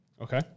Okay